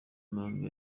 mpanga